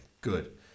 good